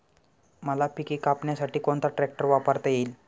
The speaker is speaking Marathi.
मका पिके कापण्यासाठी कोणता ट्रॅक्टर वापरता येईल?